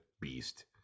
beast